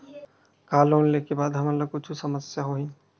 का लोन ले के बाद हमन ला कुछु समस्या होही?